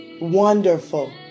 Wonderful